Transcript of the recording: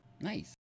Nice